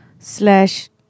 Slash